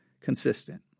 consistent